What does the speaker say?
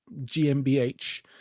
GmbH